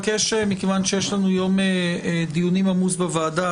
מכיוון שיש לנו יום דיונים עמוס בוועדה,